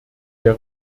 der